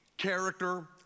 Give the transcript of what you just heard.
character